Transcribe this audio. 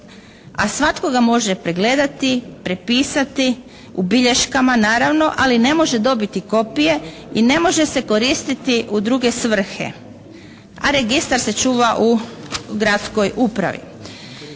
a svatko ga može pregledati, prepisati u bilješkama naravno, ali ne može dobiti kopije i ne može se koristiti u druge svrhe, a registar se čuva u gradskoj upravi.